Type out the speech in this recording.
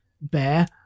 Bear